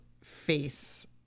face